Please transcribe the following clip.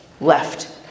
left